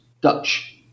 Dutch